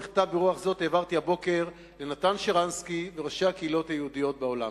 מכתב ברוח זאת העברתי הבוקר לנתן שרנסקי ולראשי הקהילות היהודיות בעולם.